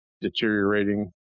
deteriorating